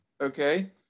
Okay